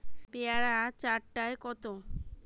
পেয়ারা চার টায় কত?